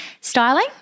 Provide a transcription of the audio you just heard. Styling